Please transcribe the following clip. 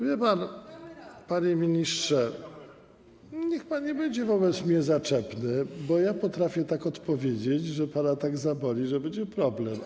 Wie pan, panie ministrze, niech pan nie będzie wobec mnie zaczepny, bo ja potrafię tak odpowiedzieć, że pana tak zaboli, że będzie problem.